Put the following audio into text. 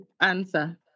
answer